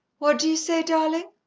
what do you say, darling?